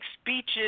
speeches